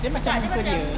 dia macam muka dia